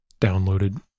downloaded